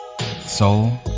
soul